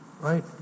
right